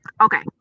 Okay